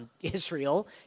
Israel